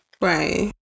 right